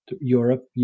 europe